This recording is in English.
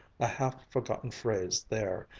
a half-forgotten phrase there,